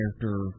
character